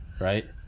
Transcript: right